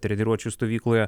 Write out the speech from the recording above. treniruočių stovykloje